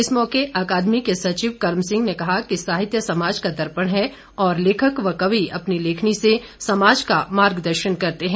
इस मौके अकादमी सचिव कर्म सिंह ने कहा कि साहित्य समाज का दर्पण है और लेखक व कवि अपनी लेखनी से समाज का मार्गदर्शन करते हैं